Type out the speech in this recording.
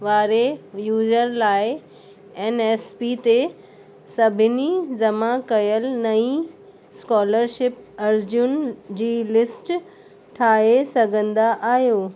वारे यूज़र लाइ N S P ते सभिनी जमां कयल नईं स्कॉलर्शिप अर्जियुनि जी लिस्ट ठाहे सघंदा आहियो